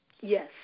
Yes